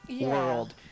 world